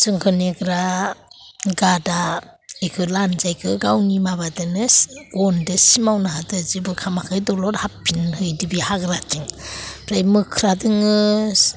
जोंखौ नेग्रा गार्डआ बेखौ लान्जाइखौ गावनि माबाजोंनो सि गनजों सिमावनो होदो जेबो खामाखै दलर हाबफिनबायदि बि हाग्राथिं ओमफ्राय मोख्रा दोङो